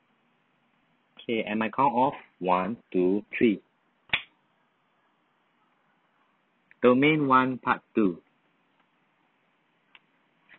okay and my count of one two three domain one part two